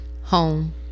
Home